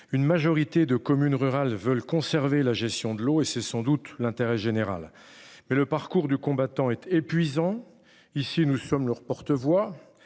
une majorité de communes rurales veulent conserver la gestion de l'eau et c'est sans doute l'intérêt général. Mais le parcours du combattant épuisant. Ici nous sommes leur porte-voix.